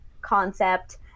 concept